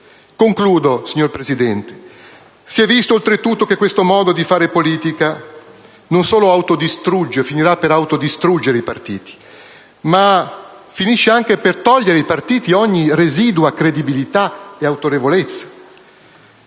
Concludo, signor Presidente. Si è visto oltretutto che questo modo di fare politica non solo finirà per autodistruggere i partiti, ma finirà anche per togliere ai partiti ogni residua credibilità e autorevolezza,